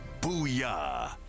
Booyah